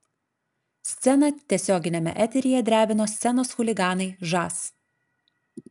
sceną tiesioginiame eteryje drebino scenos chuliganai žas